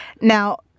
Now